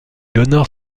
honore